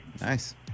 Nice